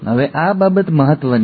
હવે આ બાબત મહત્ત્વની છે